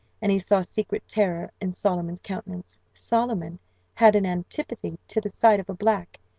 and he saw secret terror in solomon's countenance. solomon had an antipathy to the sight of a black,